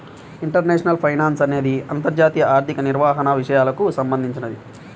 international finance అనేది అంతర్జాతీయ ఆర్థిక నిర్వహణ విషయాలకు సంబంధించింది